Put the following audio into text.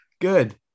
Good